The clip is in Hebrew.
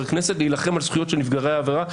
כנסת להילחם על זכויות של נפגעי עבירה.